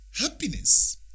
Happiness